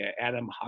Adam